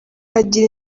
agira